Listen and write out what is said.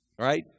right